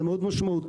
זה מאוד משמעותי.